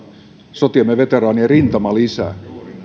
sotiemme veteraanien rintamalisää